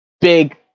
big